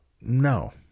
No